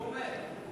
ג'ומס,